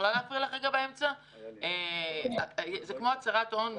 זה כמו הצהרת הון.